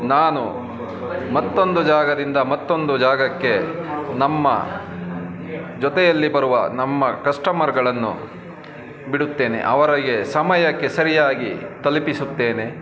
ನಾನು ಮತ್ತೊಂದು ಜಾಗದಿಂದ ಮತ್ತೊಂದು ಜಾಗಕ್ಕೆ ನಮ್ಮ ಜೊತೆಯಲ್ಲಿ ಬರುವ ನಮ್ಮ ಕಸ್ಟಮರ್ಗಳನ್ನು ಬಿಡುತ್ತೇನೆ ಅವರಿಗೆ ಸಮಯಕ್ಕೆ ಸರಿಯಾಗಿ ತಲುಪಿಸುತ್ತೇನೆ